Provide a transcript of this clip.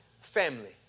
Family